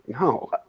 no